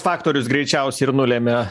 faktorius greičiausia ir nulemia